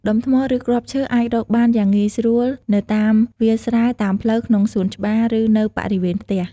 ដុំថ្ម ឬគ្រាប់ឈើអាចរកបានយ៉ាងងាយស្រួលនៅតាមវាលស្រែ តាមផ្លូវ ក្នុងសួនច្បារ ឬនៅបរិវេណផ្ទះ។